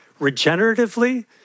regeneratively